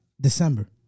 December